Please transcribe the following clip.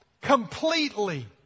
completely